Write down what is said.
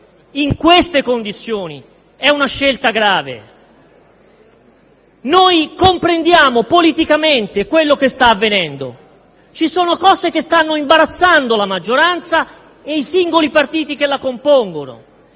in queste condizioni, è una scelta grave. Comprendiamo politicamente quanto sta avvenendo: ci sono cose che stanno imbarazzando la maggioranza e i singoli partiti che la compongono.